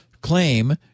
claim